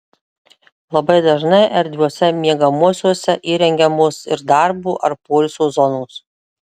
labai dažnai erdviuose miegamuosiuose įrengiamos ir darbo ar poilsio zonos